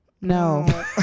No